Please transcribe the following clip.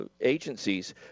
agencies